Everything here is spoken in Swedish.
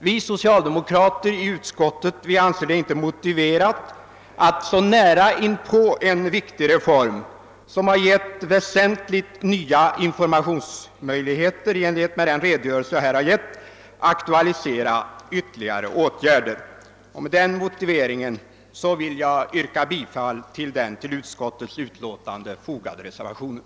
Vi socialdemokrater i utskottet finner det inte motiverat att så nära inpå en viktig reform, som har gett väsentliga nya informationsmöjligheter i enlighet med den redogörelse jag här har lämnat, aktualisera ytterligare åtgärder. Med den motiveringen vill jag yrka bifall till den till utskottets utlåtande fogade reservationen.